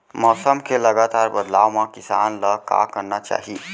मौसम के लगातार बदलाव मा किसान ला का करना चाही?